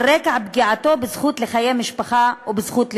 על רקע פגיעתו בזכות לחיי משפחה ובזכות לשוויון.